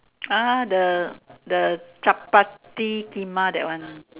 ah the the truck party Timah that one